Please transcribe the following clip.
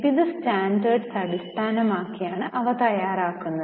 വിവിധ സ്റ്റാൻഡേർഡ്സ് അടിസ്ഥാനമാക്കി ആണ് അവ തയ്യാറാകുന്നത്